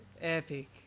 epic